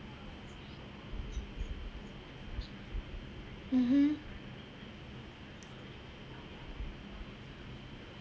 mmhmm